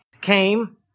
came